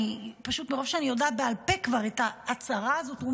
פשוט אני יודעת בעל פה כבר את ההצהרה הזאת,